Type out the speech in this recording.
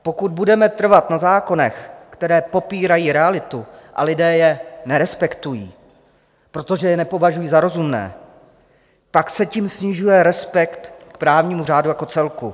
Pokud budeme trvat na zákonech, které popírají realitu, a lidé je nerespektují, protože je nepovažují za rozumné, tak se tím snižuje respekt k právnímu řádu jako celku.